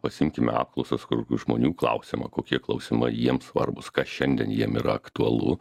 pasiimkime apklausas kur žmonių klausiama kokie klausimai jiems svarbūs kas šiandien jiem yra aktualu